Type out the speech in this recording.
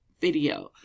video